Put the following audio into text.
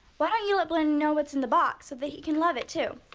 why don't you let blynn know what's in the box so that he can love it too?